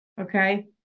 Okay